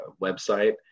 website